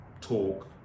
talk